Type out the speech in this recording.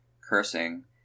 cursing